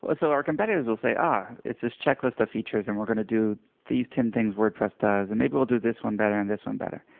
ah so our competitors will say it's this checklist of features and we're gonna do these ten things wordpress does, and maybe we'll do this one better and this one better.